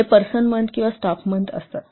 जे person month किंवा staff month असतात